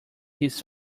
his